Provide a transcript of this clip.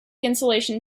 insulation